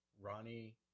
Ronnie